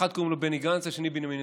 לאחד קראו בני גנץ ולשני בנימין נתניהו.